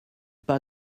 pas